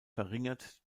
verringert